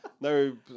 no